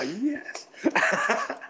yes